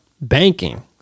banking